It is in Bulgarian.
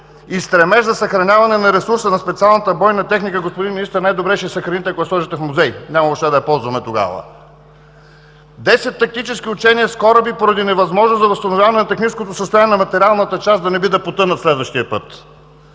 и стремеж за съхраняване на ресурса на специалната бойна техника. Господин Министър, най-добре ще я съхраните, ако я сложите в музей, няма въобще да я ползваме тогава. Десет тактически учения с кораби поради невъзможност за възстановяване на техническото състояние на материалната част – да не би да потънат следващия път;